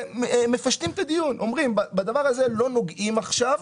אנחנו מפשטים את הדיון ואומרים שבדבר הזה לא נוגעים עכשיו,